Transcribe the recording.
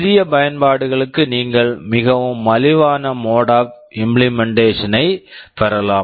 சிறிய பயன்பாடுகளுக்கு நீங்கள் மிகவும் மலிவான mode of implementation mode of implementation ஐப் பெறலாம்